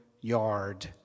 yard